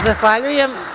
Zahvaljujem.